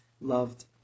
loved